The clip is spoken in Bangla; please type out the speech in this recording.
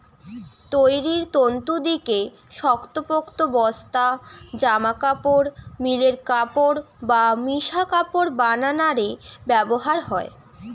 তৈরির তন্তু দিকি শক্তপোক্ত বস্তা, জামাকাপড়, মিলের কাপড় বা মিশা কাপড় বানানা রে ব্যবহার হয়